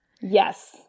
Yes